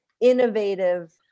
innovative